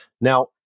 Now